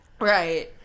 Right